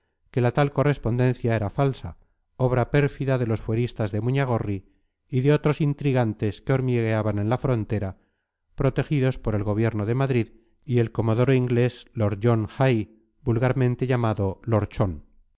que la tal correspondencia era falsa obra pérfida de los fueristas de muñagorri y de otros intrigantes que hormigueaban en la frontera protegidos por el gobierno de madrid y el comodoro inglés lord john hay vulgarmente llamado lorchón